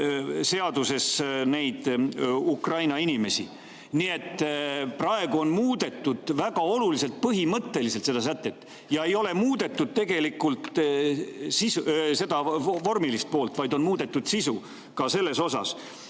neid Ukraina inimesi. Nii et praegu on muudetud väga oluliselt, põhimõtteliselt seda sätet. Ei ole muudetud tegelikult vormilist poolt, vaid on muudetud sisu ja see on